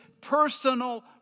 personal